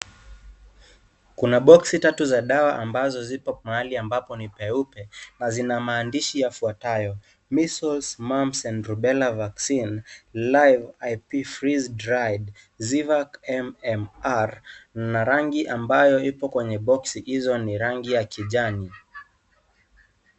Kuna boksi tatu za dawa ambazo zipo mahali ambapo ni peupe na zina maandishi yafuatayo, measles mumps and rubella vaccine life ip freezed dry zivac mmr na rangi ambayo ipo kwenye boksi hizo ni rangi ya kijani.